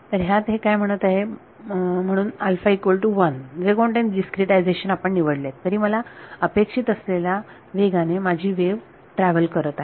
तर ह्यात हे काय म्हणत आहे म्हणून जे कोणते डिस्क्रीटायझेशन आपण निवडलेत तरी मला अपेक्षित असलेल्या वेगाने माझी वेव्ह ट्रॅव्हल करत आहे